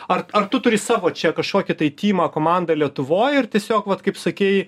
ar ar tu turi savo čia kažkokį tai tymą komandą lietuvoj ir tiesiog vat kaip sakei